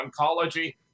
oncology